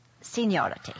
seniority